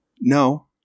No